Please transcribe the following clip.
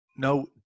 No